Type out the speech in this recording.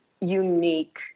unique